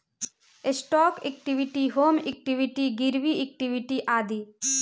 stock equity, home equity, गिरवी equity आदि